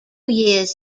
years